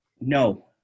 No